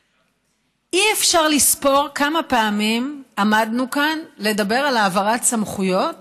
אי-אפשר לספור כמה פעמים עמדנו כאן לדבר על העברת סמכויות